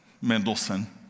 Mendelssohn